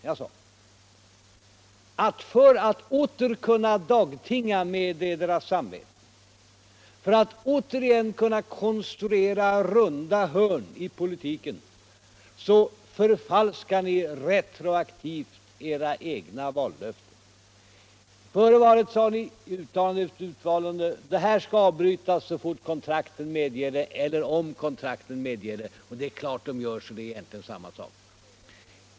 Jag sade: För att åter kunna dagtinga med era samveten, för att återigen kunna konstruera runda hörn i politiken så förfalskar ni retroaktivt era egna vallöften. Före valet sade ni i uttalande efter uttalande: Kärnkraftsutbyggnaden skall avbrytas så fort kontrakten medger det eller om kontrakten medger det. Och det är klart att de gör, så det är egentligen samma sak.